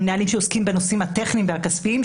הם נהלים שעוסקים בנושאים הטכניים והכספיים,